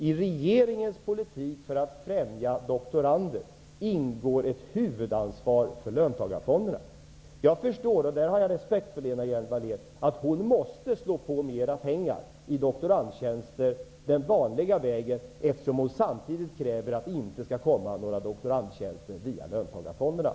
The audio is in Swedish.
I regeringens politik för att främja doktorander ingår ett huvudansvar för löntagarfonderna. Jag förstår att Lena Hjelm-Wallén -- och i det här avseendet har jag respekt för henne -- måste anslå mera pengar för doktorandtjänster den vanliga vägen, eftersom hon samtidigt kräver att doktorandtjänster inte skall finansieras via löntagarfonderna.